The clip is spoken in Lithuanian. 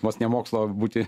vos ne mokslo būti